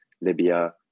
Libya